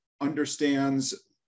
understands